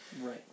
right